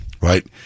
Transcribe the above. right